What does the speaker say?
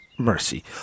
mercy